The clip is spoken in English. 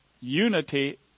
unity